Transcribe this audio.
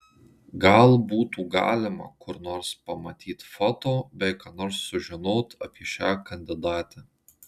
gal butų galima kur nors pamatyt foto bei ką nors sužinot apie šią kandidatę